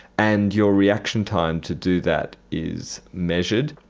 and your reaction time to do that is measured.